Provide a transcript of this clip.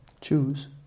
Choose